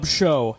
show